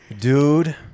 dude